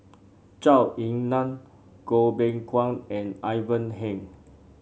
Zhou Ying Nan Goh Beng Kwan and Ivan Heng